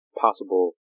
possible